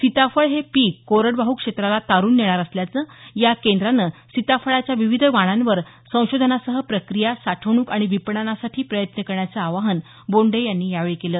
सीताफळ हे पीक कोरडवाहू क्षेत्राला तारून नेणारं असल्यानं या केंद्रानं सीताफळाच्या विविध वाणांवर संशोधनासह प्रक्रिया साठवणूक आणि विपणनासाठी प्रयत्न करण्याचं आवाहन बोंडे यांनी यावेळी केलं